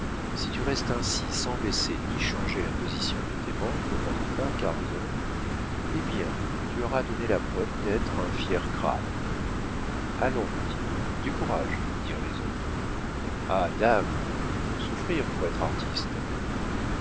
si tu restes ainsi sans baisser ni changer la position de tes membres pendant un quart d'heure eh bien tu auras donné la preuve d'être un fier crâne allons petit du courage dirent les autres ah dame il faut souffrir pour être artiste